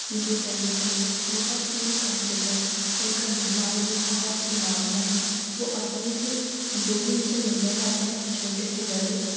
उनके तरीक़े बहुत ही कम्फरटेबल हैं उनका व्याहवार भी बहुत ही नॉर्मल है वह अपने से जो भी उनसे मिलने जाते हैं छोटे से बड़े